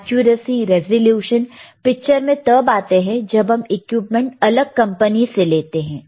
accuracy resolution picture में तब आते हैं जब हम इक्विपमेंट अलग कंपनी से लेते हैं